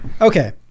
okay